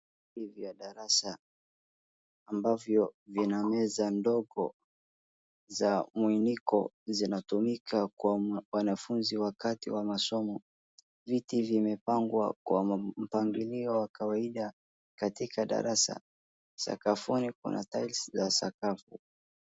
Viti vya darasa ambavyo vina meza ndogo za mwiniko zinatumika kwa wanafunzi wakati wa masomo, viti vimepangwa kwa mpangilio wa kawaida katika darasa, sakafuni kuna tiles la sakafu.